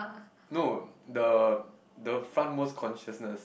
no the the front most consciousness